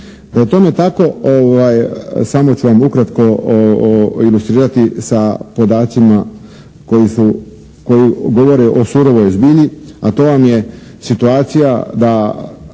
je tome tako samo ću vam ukratko ilustrirati sa podacima koji govore o surovoj zbilji a to vam je situacija da